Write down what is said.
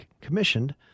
commissioned